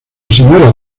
señora